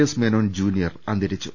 S Menon junior അന്തരി ച്ചു